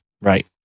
Right